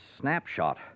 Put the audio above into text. snapshot